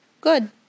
good